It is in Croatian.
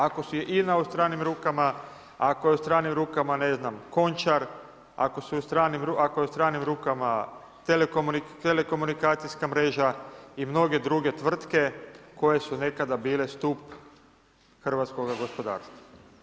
Ako je INA u stranim rukama, ako je u stranim rukama, ne znam Končar, ako je u stranim rukama telekomunikacijska mreža i mnoge druge tvrtke koje su nekada bile stup hrvatskoga gospodarstva.